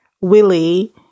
Willie